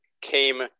came